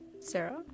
Sarah